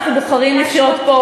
אנחנו בוחרים לחיות פה,